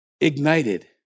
Ignited